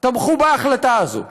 תמכו בהחלטה הזאת.